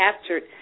captured